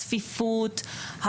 צפיפות,